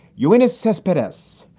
you win is suspicious.